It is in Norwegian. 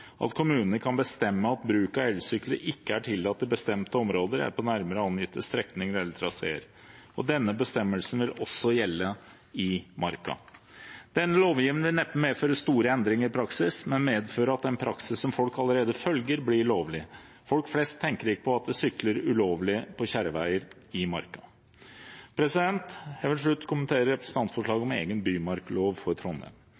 at kommunene kan bestemme at bruk av elsykler ikke er tillatt i bestemte områder eller på nærmere angitte strekninger eller traséer. Denne bestemmelsen vil også gjelde i marka. Denne lovendringen vil neppe medføre store endringer i praksis, men vil medføre at den praksisen som folk allerede følger, blir lovlig. Folk flest tenker ikke på at de sykler ulovlig på kjerreveier i marka. Jeg vil til slutt kommentere representantforslaget om en egen bymarklov for Trondheim.